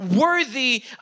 worthy